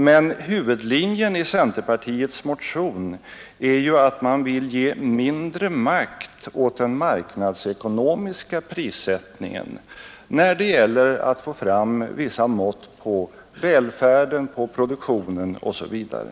Men huvudlinjen i centerpartiets motion är att man vill ge mindre makt åt den marknadsekonomiska prissättningen när det gäller att få fram vissa mått på välfärden, på produktionen osv.